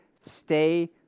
stay